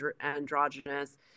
androgynous